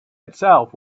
itself